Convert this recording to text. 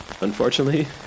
Unfortunately